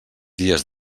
dies